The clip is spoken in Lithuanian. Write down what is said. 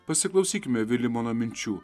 pasiklausykime vilimono minčių